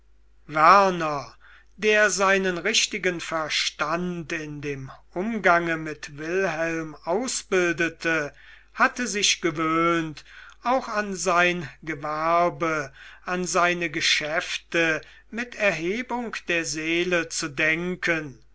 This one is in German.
der seinen richtigen verstand in dem umgange mit wilhelm ausbildete hatte sich gewöhnt auch an sein gewerbe an seine geschäfte mit erhebung der seele zu denken